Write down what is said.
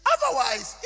Otherwise